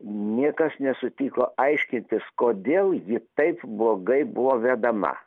niekas nesutiko aiškintis kodėl ji taip blogai buvo vedama